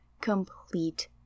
complete